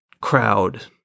crowd